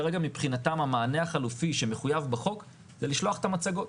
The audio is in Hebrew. כרגע מבחינתם המענה החלופי שמחויב בחוק זה לשלוח את המצגות.